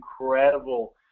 incredible